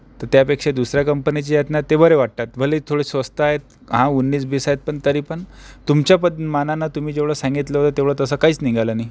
तर त्यापेक्षा दुसऱ्या कंपनीचे आहेत ना ते बरे वाटतात भलेही थोडे स्वस्त आहेत हा उन्नीस बीस आहेत पण तरी पण तुमच्या पद मानानं तुम्ही जेवढं सांगितलं होतं तेवढं तसं काहीच निघालं नाही